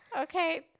Okay